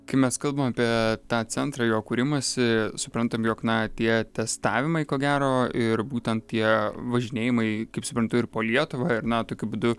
kai mes kalbam apie tą centrą jo kūrimąsi suprantam jog na tie testavimai ko gero ir būten tie važinėjimai kaip suprantu ir po lietuvą ir na tokiu būdu